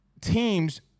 teams